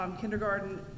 Kindergarten